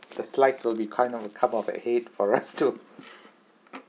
the slides will be kind of a come of a head for us to